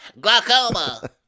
Glaucoma